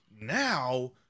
Now